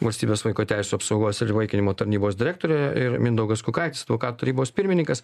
valstybės vaiko teisių apsaugos ir įvaikinimo tarnybos direktorė ir mindaugas kukaitis advokatų tarybos pirmininkas